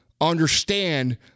understand